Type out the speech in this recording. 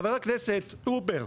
חבר הכנסת טרופר,